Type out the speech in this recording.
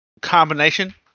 combination